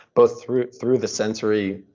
both through through the sensory.